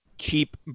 keep